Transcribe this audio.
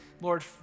Lord